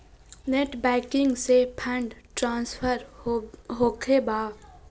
Net banking से fund transfer होखें बा?